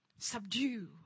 subdue